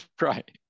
Right